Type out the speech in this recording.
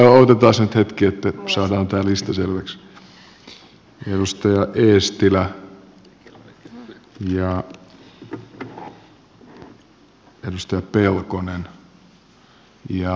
myönnän vielä vastauspuheenvuorot edustajille elsi katainen heinonen eestilä pelkonen ja paatero